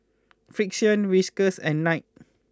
Frixion Whiskas and Knight